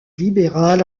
libéral